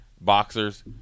boxers